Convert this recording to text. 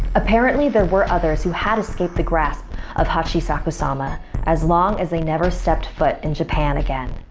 apparently there were others who had escaped the grasp of hachisakusama, as long as they never stepped foot in japan again.